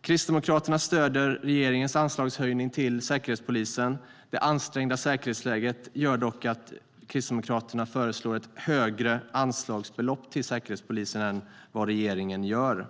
Kristdemokraterna stöder regeringens anslagshöjning till Säkerhetspolisen. Det ansträngda säkerhetsläget gör dock att Kristdemokraterna föreslår ett högre anslagsbelopp till Säkerhetspolisen än vad regeringen gör.